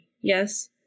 Yes